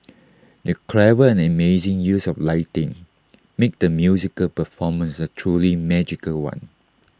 the clever and amazing use of lighting made the musical performance A truly magical one